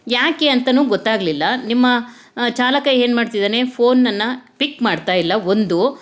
ಯಾಕೆ ಅಂತನೂ ಗೊತ್ತಾಗಲಿಲ್ಲ ನಿಮ್ಮ ಚಾಲಕ ಏನು ಮಾಡ್ತಿದ್ದಾನೆ ಫೋನನ್ನು ಪಿಕ್ ಮಾಡ್ತಾ ಇಲ್ಲ ಒಂದು